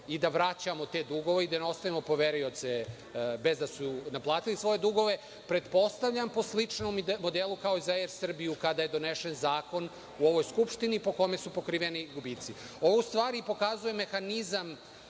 i da vraćamo te dugove i da ne ostavljamo poverioce bez da su naplatili svoje dugove. Pretpostavljam po sličnom modelu kao i za „Er Srbiju“, kada je donesen zakon u ovoj Skupštini, po kome su pokriveni gubici. Ovo u stvari pokazuje mehanizam